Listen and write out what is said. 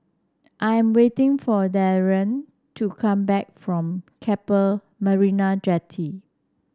I'm waiting for Darien to come back from Keppel Marina Jetty